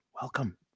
welcome